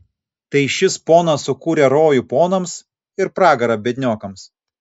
tai šis ponas sukūrė rojų ponams ir pragarą biedniokams